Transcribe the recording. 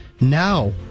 now